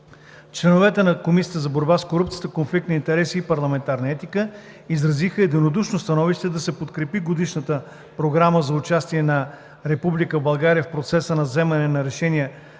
Членовете на Комисията за борба с корупцията, конфликт на интереси и парламентарна етика изразиха единодушно становище да се подкрепи Годишната програма за участие на Република България в процеса на вземане на решения